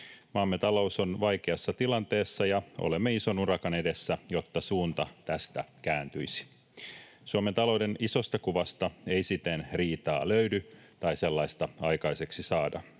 maamme talous on vaikeassa tilanteessa, ja olemme ison urakan edessä, jotta suunta tästä kääntyisi. Suomen talouden isosta kuvasta ei siten riitaa löydy tai sellaista aikaiseksi saada,